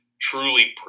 truly